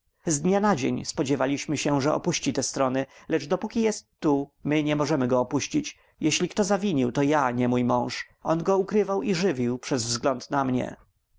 z dnia na dzień spodziewaliśmy się że opuści te strony lecz dopóki tu jest my nie możemy go opuścić jeżeli kto zawinił to ja nie mój mąż on go ukrywał i żywił przez wzgląd na mnie